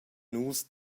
nus